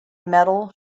metal